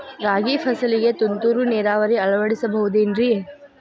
ರಾಗಿ ಫಸಲಿಗೆ ತುಂತುರು ನೇರಾವರಿ ಅಳವಡಿಸಬಹುದೇನ್ರಿ?